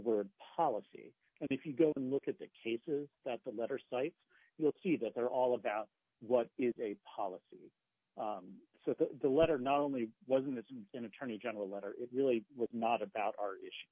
word policy and if you go to look at the cases that the letter cites you'll see that they're all about what is a policy the letter not only wasn't isn't an attorney general letter it really was not about our issue